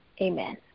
amen